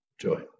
joy